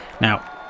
now